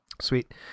Sweet